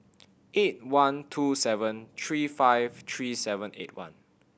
eight one two seven three five three seven eight one